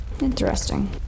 Interesting